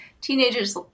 teenagers